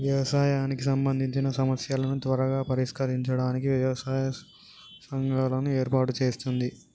వ్యవసాయానికి సంబందిచిన సమస్యలను త్వరగా పరిష్కరించడానికి వ్యవసాయ సంఘాలను ఏర్పాటు చేస్తుంది